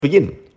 Begin